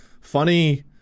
funny